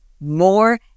more